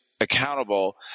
accountable